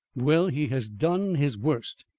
well, he has done his worst.